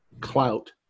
clout